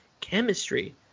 chemistry